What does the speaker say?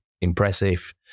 impressive